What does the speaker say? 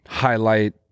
Highlight